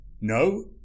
No